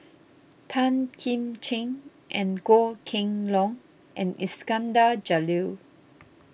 Tan Kim Ching Goh Kheng Long and Iskandar Jalil